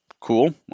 cool